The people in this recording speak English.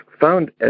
found